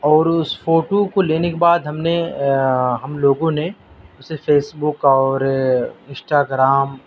اور اس فوٹو کو لینے کے بعد ہم نے ہم لوگوں نے اسے فیس بک اور انسٹاگرام